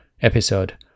episode